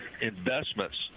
investments